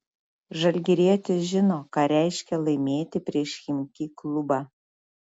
žalgirietis žino ką reiškia laimėti prieš chimki klubą